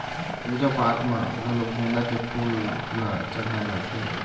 पूजा पाठ म घलोक गोंदा के फूल ल चड़हाय जाथे